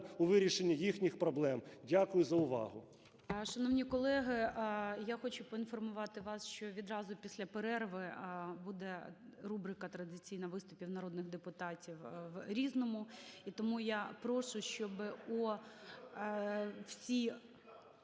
у вирішенні їхніх проблем. Дякую за увагу.